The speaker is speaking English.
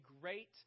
great